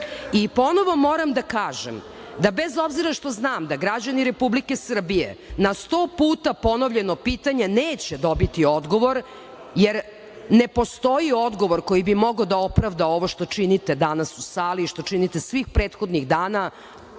Srbije? Ponovo moram da kažem da bez obzira što znam da građani Republike Srbije na sto puta ponovljeno pitanje neće dobiti odgovor, jer ne postoji odgovor koji bi mogao da opravda ovo što činite danas u sali i što činite svih prethodnih dana,